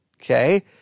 Okay